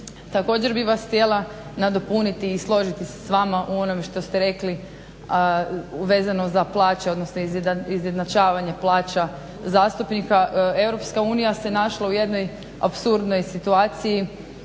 Također bih vas htjela nadopuniti i složiti se s vama u onome što ste rekli vezano za plaće, odnosno izjednačavanje plaća zastupnika Europska unija se našla u jednoj apsurdnoj situaciji,